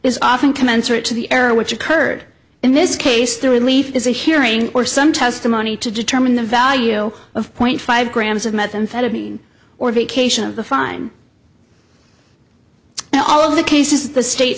is often commensurate to the error which occurred in this case the relief is a hearing or some testimony to determine the value of point five grams of methamphetamine or vacation of the fine in all of the cases the state